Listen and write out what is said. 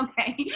Okay